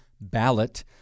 ballot